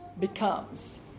becomes